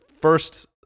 first